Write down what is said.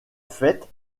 fête